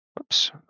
Oops